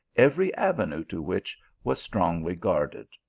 every avenue to which was strongly guarded.